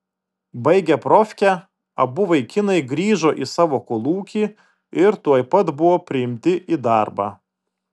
baigę profkę abu vaikinai grįžo į savo kolūkį ir tuoj pat buvo priimti į darbą